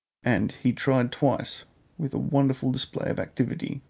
and he tried twice with a wonderful display of activity,